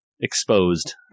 exposed